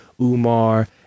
Umar